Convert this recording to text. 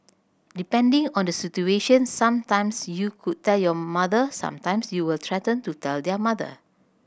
depending on the situation some times you could tell your mother some times you will threaten to tell their mother